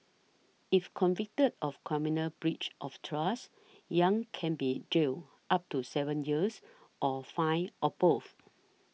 if convicted of criminal breach of trust Yang can be jailed up to seven years or fined or both